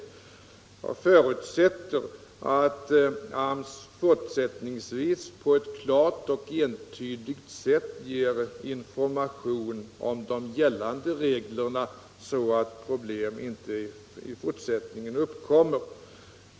Jag förutsätter att AMS fortsätt ningsvis på ett klart och entydigt sätt ger information om gällande regler, så att problem inte uppkommer.